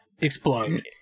Explode